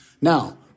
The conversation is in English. now